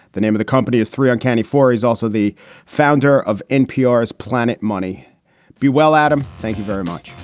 the name of the company is three uncanny four. he's also the founder of npr's planet money b, well, adam, thank you very much.